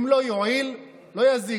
אם לא יועיל, לא יזיק.